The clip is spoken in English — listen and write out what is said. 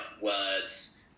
words